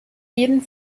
jeden